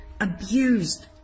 abused